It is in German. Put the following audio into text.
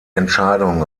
entscheidung